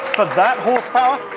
but that horsepower?